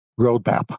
roadmap